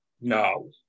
No